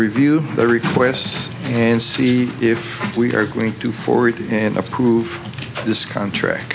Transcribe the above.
review requests and see if we are going to forward and approve this contract